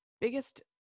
biggest